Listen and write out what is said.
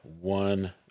one